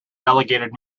delegated